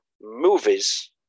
movies